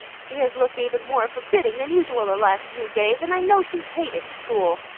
she has looked even more forbidding than usual the last few days, and i know she hated school.